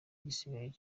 gisigaye